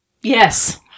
Yes